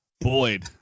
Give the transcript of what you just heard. Boyd